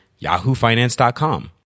yahoofinance.com